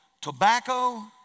tobacco